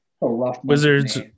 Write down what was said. Wizards